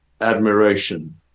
admiration